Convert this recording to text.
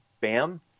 Bam